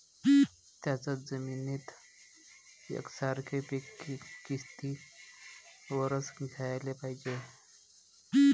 थ्याच जमिनीत यकसारखे पिकं किती वरसं घ्याले पायजे?